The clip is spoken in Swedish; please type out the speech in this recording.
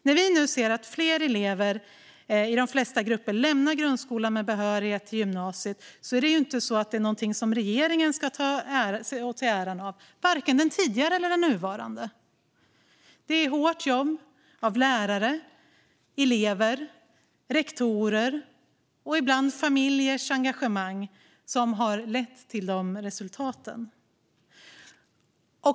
När vi nu ser att fler elever i de flesta grupper lämnar grundskolan med behörighet till gymnasiet är det ju inte någonting som regeringen ska ta åt sig äran för - varken den tidigare eller den nuvarande. Det är hårt jobb av lärare, elever och rektorer, och ibland familjers engagemang, som har lett till dessa resultat.